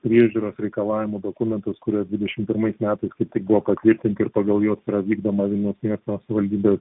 priežiūros reikalavimų dokumentas kurie dvidešim pirmais metai kiti buvo patvirtinti ir pagal juos yra vykdoma vilniaus miesto savaldybės